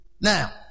Now